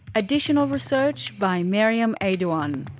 additional research by meryem aydogan.